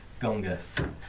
Gongus